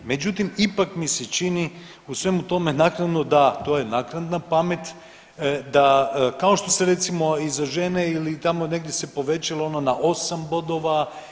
Međutim, ipak mi se čini u svemu tome naknadno da, to je naknadna pamet, da kao što se recimo i za žene ili tamo negdje se povećalo ono na osam bodova.